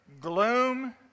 Gloom